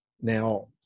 Now